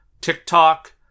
TikTok